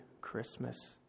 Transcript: Christmas